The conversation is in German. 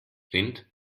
rind